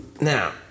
Now